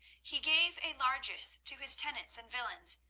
he gave a largesse to his tenants and villeins,